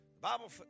Bible